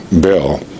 Bill